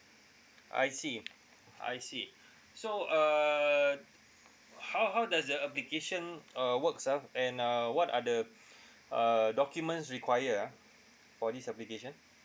I see I see so err how how does the application uh works ah and uh what are the uh documents require ah for this application